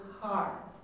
heart